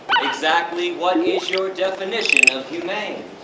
exactly what is your definition of humane?